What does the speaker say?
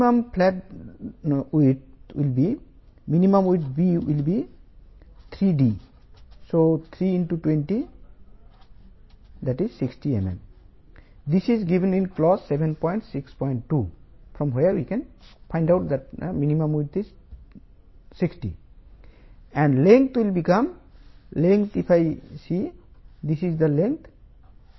flat యొక్క కనీస వెడల్పు క్లాజ్ 7